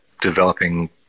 developing